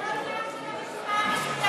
זה לא עניין של הרשימה המשותפת.